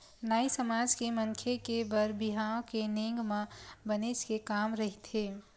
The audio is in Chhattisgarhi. नाई समाज के मनखे के बर बिहाव के नेंग म बनेच के काम रहिथे